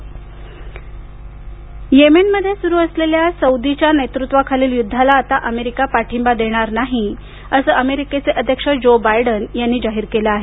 Biden Yemen Yemen मध्ये सुरू असलेल्या सौदीच्या नेतृत्वाखालील युद्धाला आता अमेरिका पाठिंबा देणार नाही असं अमेरिकेचे अध्यक्ष जो बायडेन यांनी जाहीर केलं आहे